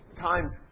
times